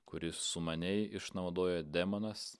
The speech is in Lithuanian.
kurį sumaniai išnaudojo demonas